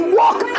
walk